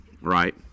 right